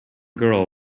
girl